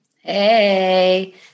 Hey